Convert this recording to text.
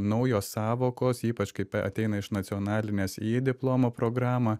naujos sąvokos ypač kaip ateina iš nacionalinės į diplomo programą